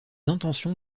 intentions